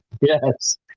Yes